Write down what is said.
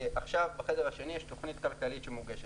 עכשיו בחדר השני יש תוכנית כלכלית שמוגשת.